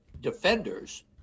defenders